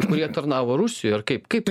kurie tarnavo rusijoj ar kaip kaip